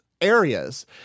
areas